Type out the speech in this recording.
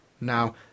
Now